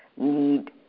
need